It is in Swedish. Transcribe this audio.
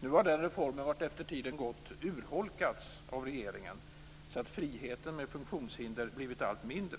Nu har denna reform vartefter tiden gått urholkats av regeringen så att friheten för människor med funktionshinder blivit allt mindre.